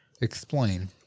Explain